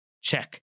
check